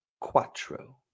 quattro